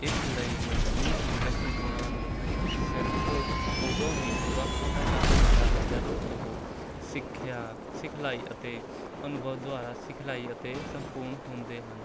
ਇਸ ਲਈ ਮਜ਼ਬੂਤ ਲੀਡਰਸ਼ਿਪ ਗੁਣਾਂ ਨੂੰ ਸਿਰਫ਼ ਉਦੋਂ ਹੀ ਪੂਰਾ ਕੀਤਾ ਜਾ ਸਕਦਾ ਹੈ ਜਦੋਂ ਉਹ ਸਿੱਖਿਆ ਸਿਖਲਾਈ ਅਤੇ ਅਨੁਭਵ ਦੁਆਰਾ ਸਿਖਲਾਈ ਅਤੇ ਸੰਪੂਰਨ ਹੁੰਦੇ ਹਨ